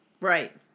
Right